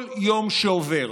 כל יום שעובר